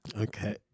Okay